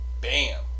Bam